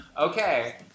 Okay